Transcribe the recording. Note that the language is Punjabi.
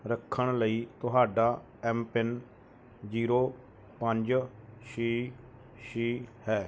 ਰੱਖਣ ਲਈ ਤੁਹਾਡਾ ਐਮ ਪਿੰਨ ਜੀਰੋ ਪੰਜ ਛੇ ਛੇ ਹੈ